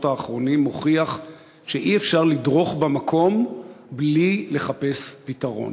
האחרונים מוכיח שאי-אפשר לדרוך במקום בלי לחפש פתרון.